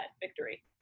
victory